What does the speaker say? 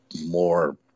more